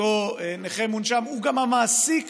אותו נכה מונשם הוא גם המעסיק